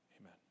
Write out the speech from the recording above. amen